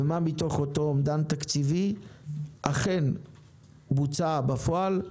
ומה מתוך אותו אומדן תקציבי אכן בוצע בפועל.